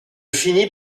finis